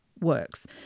works